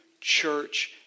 church